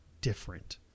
different